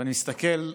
ואני מסתכל,